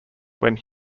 when